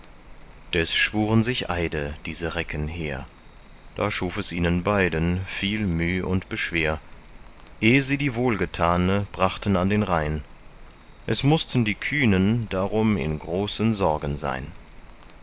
des schwuren sich eide diese recken hehr da schuf es ihnen beiden viel müh und beschwer eh sie die wohlgetane brachten an den rhein es mußten die kühnen darum in großen sorgen sein